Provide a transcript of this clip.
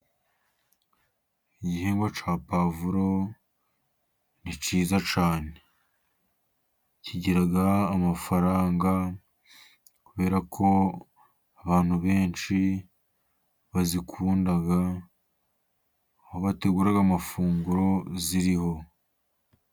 Igihingwa cya pavuro ni cyiza cyane, kigira amafaranga kubera ko abantu benshi bazikunda, aho bategura amafunguro ziriho.